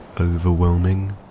overwhelming